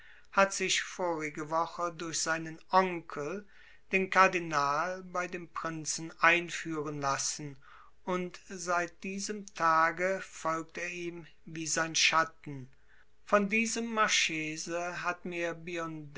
hat sich vorige woche durch seinen onkel den kardinal bei dem prinzen einführen lassen und seit diesem tage folgt er ihm wie sein schatten von diesem marchese hat mir